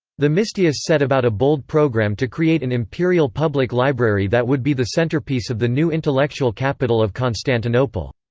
themistius set about a bold program to create an imperial public library that would be the centerpiece of the new intellectual capital of constantinople.